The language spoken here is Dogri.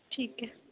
ठीक ऐ